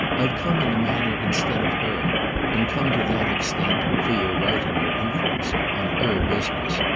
i've come in a manner instead of her and come to that extent for you're right in your inference on her business.